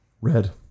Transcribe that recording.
Red